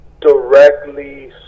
directly